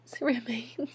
remains